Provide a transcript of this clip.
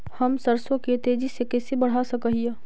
हम सरसों के तेजी से कैसे बढ़ा सक हिय?